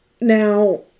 Now